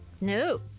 No